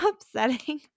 upsetting